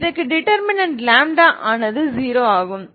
இதற்கு டிடெர்மினன்ட் λ ஆனது 0 ஆகும்